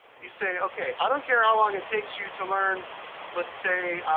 you say, okay, i don't care how long it takes you to learn let's say,